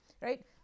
right